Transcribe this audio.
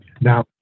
Now